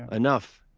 enough.